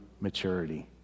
maturity